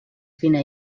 fina